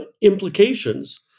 implications